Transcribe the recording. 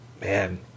man